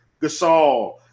Gasol